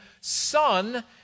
Son